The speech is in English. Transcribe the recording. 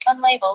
Unlabeled